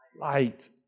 light